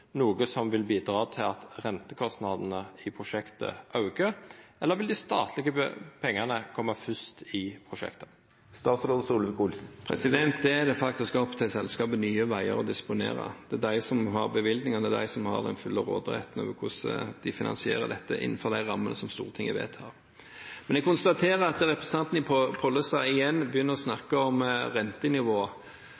noko som vil bidra til at rentekostnadene i prosjektet aukar, eller vil dei statlege pengane koma først i prosjektet? Det er det faktisk opp til selskapet Nye Veier å disponere. Det er de som har bevilgningene, det er de som har den fulle råderetten over hvordan de finansierer dette innenfor de rammene som Stortinget vedtar. Men jeg konstaterer at representanten Pollestad igjen begynner å